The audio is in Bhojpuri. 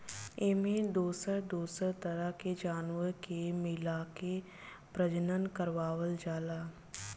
एमें दोसर दोसर तरह के जानवर के मिलाके प्रजनन करवावल जाला